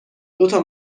دوتا